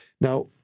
Now